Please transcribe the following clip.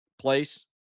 place